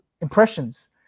impressions